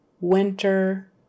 winter